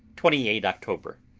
twenty eight october.